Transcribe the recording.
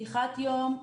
פתיחת יום,